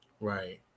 Right